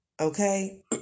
okay